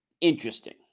interesting